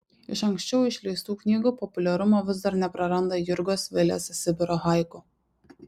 iš anksčiau išleistų knygų populiarumo vis dar nepraranda jurgos vilės sibiro haiku